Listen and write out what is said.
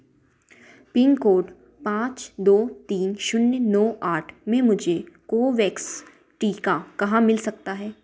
pin code पाँच दो तीन शून्य नौ आठ में मुझे कोवैक्स टीका कहाँ मिल सकता है